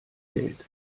geld